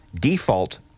default